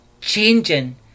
changing